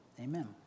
Amen